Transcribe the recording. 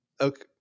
Okay